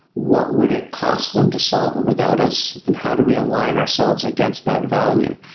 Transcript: what would it cost them to solve it without us? and how do we align ourselves against that value?